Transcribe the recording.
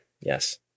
Yes